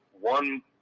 one